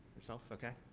yourself? okay.